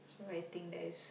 so I think that is